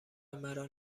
مرا